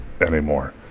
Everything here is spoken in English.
anymore